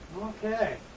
Okay